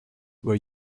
were